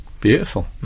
Beautiful